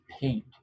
paint